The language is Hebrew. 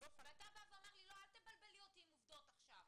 אתה אומר: אל תבלבלי אותי עם עובדות עכשיו,